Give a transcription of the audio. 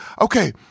okay